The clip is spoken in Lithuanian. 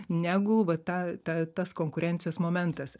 negu va ta ta tas konkurencijos momentas